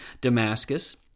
Damascus